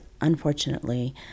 unfortunately